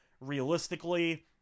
realistically